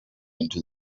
into